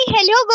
Hello